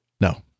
No